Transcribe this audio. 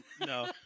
No